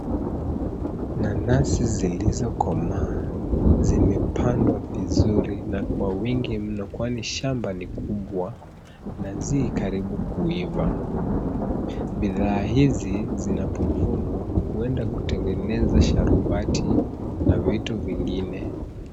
Nanasi zilizokomaa, zimepandwa vizuri na kwa wingi mno, kwani shamba ni kubwa na zi karibu kuiva. Bidhaa hizi zinapovunwa huenda kutengeneza sharubati na vitu vingine.